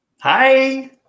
Hi